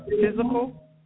physical